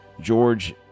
George